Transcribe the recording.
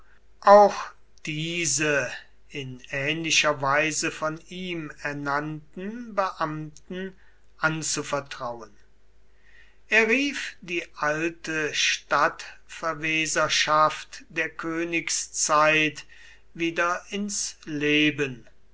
auch diese in ähnlicher weise von ihm ernannten beamten anzuvertrauen er rief die alte stadtverweserschaft der königszeit wieder ins leben